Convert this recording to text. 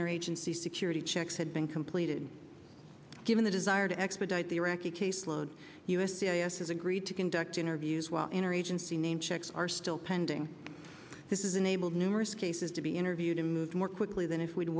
inner agency security checks had been completed given the desire to expedite the iraqi case load us c i s has agreed to conduct interviews while interagency name checks are still pending this is enabled numerous cases to be interviewed to move more quickly than if we'd